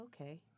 okay